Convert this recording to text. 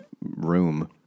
room